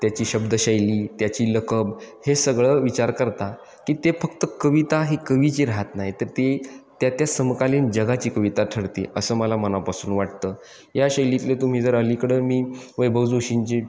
त्याची शब्दशैली त्याची लकब हे सगळं विचार करता की ते फक्त कविता ही कवीची राहत नाही तर ती त्या त्या समकालीन जगाची कविता ठरते असं मला मनापासून वाटतं या शैलीतले तुम्ही जर अलीकडं मी वैभव जोशींची